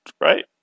right